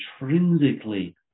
intrinsically